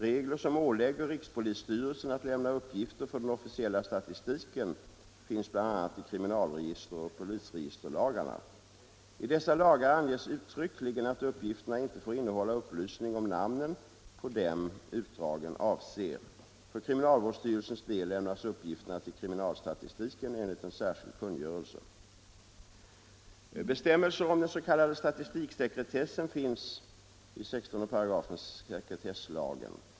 Regler som ålägger rikspolisstyrelsen att lämna uppgifter för den officiella statistiken finns bl.a. i kriminalregisteroch polisregisterlagarna. I dessa lagar anges uttryckligen att uppgifterna inte får innehålla upplysning om namnen på dem utdragen avser. För kriminalvårdsstyrelsens del lämnas uppgifterna till kriminalstatistiken enligt en särskild kungörelse. Bestämmelserna om den s.k. statistiksekretessen finns i 16 § sekretesslagen.